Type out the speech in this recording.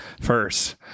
first